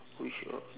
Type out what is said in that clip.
which uh